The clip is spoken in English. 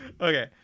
Okay